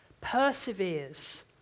perseveres